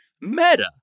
meta